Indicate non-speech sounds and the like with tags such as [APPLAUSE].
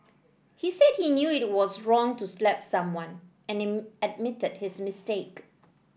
he said he knew it was wrong to slap someone and [UNINTELLIGIBLE] admitted his mistake